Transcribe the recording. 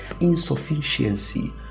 insufficiency